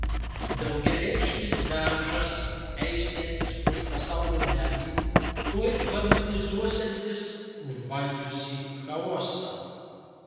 daugiareikšmis beržas eisiantis už pasaulio medį tuoj harmonizuosiantis užvaldžiusį chaosą